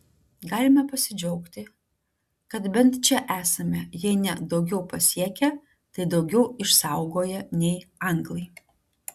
galime pasidžiaugti kad bent čia esame jei ne daugiau pasiekę tai daugiau išsaugoję nei anglai